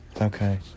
Okay